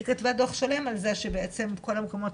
היא כתבה דוח שלם על זה שבעצם כל המקומות